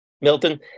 Milton